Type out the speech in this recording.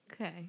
Okay